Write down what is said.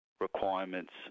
requirements